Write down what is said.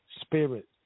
Spirit